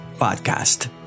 Podcast